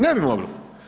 Ne bi moglo.